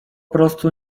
prostu